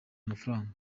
amafaranga